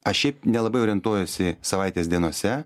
aš šiaip nelabai orientuojuosi savaitės dienose